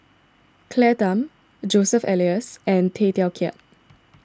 Claire Tham Joseph Elias and Tay Teow Kiat